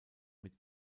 mit